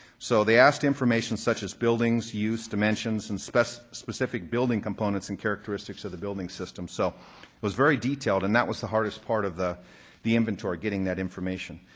so they asked information such as buildings, use, dimensions, and specific specific building components and characteristics of the building system. so it was very detailed and that was the hardest part of the the inventory, getting that information.